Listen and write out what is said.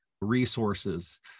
resources